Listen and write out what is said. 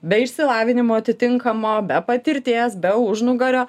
be išsilavinimo atitinkamo be patirties be užnugario